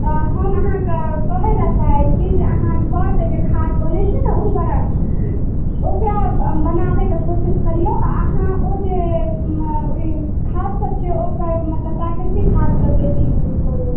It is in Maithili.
तऽ हम अहाँके कहै लए चाहै छी जे अहाँ घरके जे खाद बनै छै ने उर्वरक ओकरा ब बनाबैके कोशिश करियो आ अहाँ ओ जे ई खाद सब छै ओकर मतलब प्राकृतिक खादके बेसी यूज करू